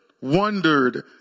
wondered